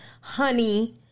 honey